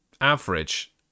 average